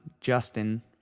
Justin